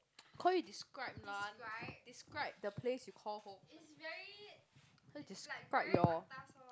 call you describe lah describe the place you call home call you describe your